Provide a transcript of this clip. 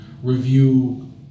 review